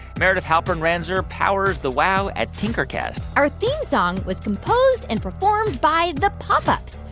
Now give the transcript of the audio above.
meredith halpern-ranzer powers the wow at tinkercast our theme song was composed and performed by the pop ups.